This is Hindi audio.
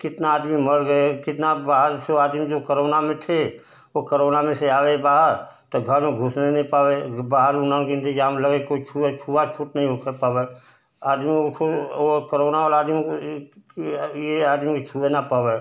कितना आदमी मर गए कितना बाहर से आदमी जो करोना में थे वो करोना में से आ गए बाहर तो घर में घुसने नहीं पावे बाहर उन्हा के इंतजाम लगे कोई छुआ छुआ छूत नहीं वो कर पावे आदमी उसको वो करोना वाला आदमी को कि ये आदमी छुए न पाये